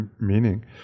meaning